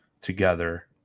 together